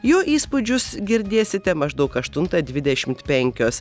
jo įspūdžius girdėsite maždaug aštuntą dvidešimt penkios